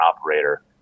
operator